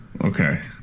Okay